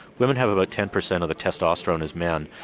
women have about ten percent of the testosterone as men,